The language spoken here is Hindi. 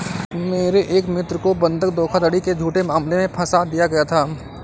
मेरे एक मित्र को बंधक धोखाधड़ी के झूठे मामले में फसा दिया गया था